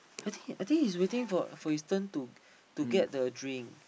I think I think he's waiting for for his turn to to get the drink